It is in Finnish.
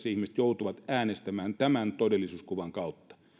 ihmiset joutuvat äänestämään tämän todellisuuskuvan kautta